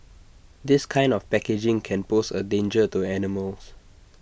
this kind of packaging can pose A danger to animals